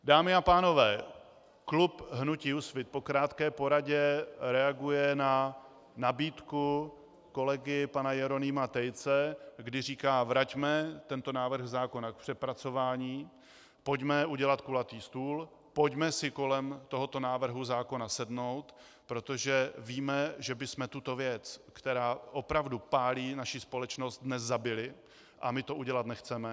Dámy a pánové, klub hnutí Úsvit po krátké poradě reaguje na nabídku kolegy pana Jeronýma Tejce, kdy říká: Vraťme tento návrh zákona k přepracování, pojďme udělat kulatý stůl, pojďme si kolem tohoto návrhu zákona sednout, protože víme, že bychom tuto věc, která opravdu pálí naši společnost, dnes zabili, a my to udělat nechceme.